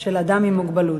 של אדם עם מוגבלות),